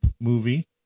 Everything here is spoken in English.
movie